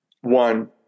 one